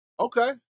Okay